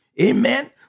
Amen